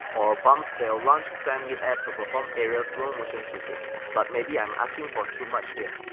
or bumps that'll launch sam mid-air to perform aerial slow-motion shootings. but maybe i'm asking for too much here.